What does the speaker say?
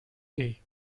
day